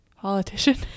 Politician